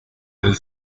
del